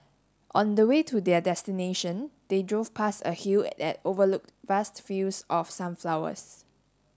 on the way to their destination they drove past a hill that overlooked vast fields of sunflowers